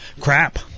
Crap